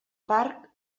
parc